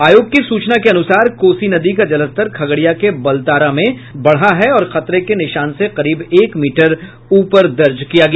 आयोग की सूचना के अनुसार कोसी नदी का जलस्तर खगड़िया के बलतारा में बढ़ा है और खतरे के निशान से करीब एक मीटर ऊपर दर्ज किया गया